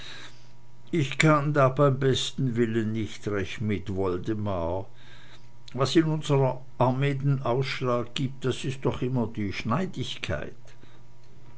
ich kann da beim besten willen nicht recht mit woldemar was in unsrer armee den ausschlag gibt ist doch immer die schneidigkeit